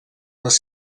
les